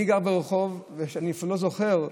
אני גר ברחוב ואני לא זוכר,